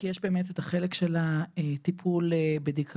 כי יש באמת את החלק של הטיפול בדיכאון,